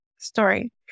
story